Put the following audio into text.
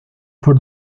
por